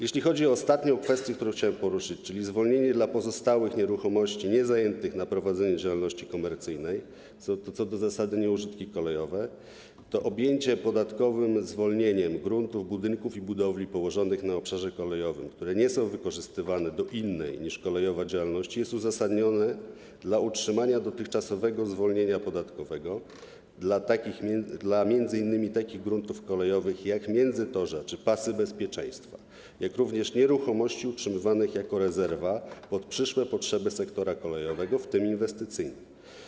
Jeśli chodzi o ostatnią kwestię, którą chciałem poruszyć, czyli zwolnienie dla pozostałych nieruchomości niezajętych na prowadzenie działalności komercyjnej - są to co do zasady nieużytki kolejowe - to objęcie podatkowym zwolnieniem gruntów, budynków i budowli położonych na obszarze kolejowym, które nie są wykorzystywane do innej niż kolejowa działalności, jest uzasadnione dla utrzymania dotychczasowego zwolnienia podatkowego dla m.in. takich gruntów kolejowych, jak międzytorza czy pasy bezpieczeństwa, jak również nieruchomości utrzymywanych jako rezerwa pod przyszłe potrzeby sektora kolejowego, w tym inwestycyjne.